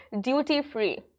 duty-free